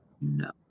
no